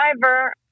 driver